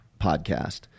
podcast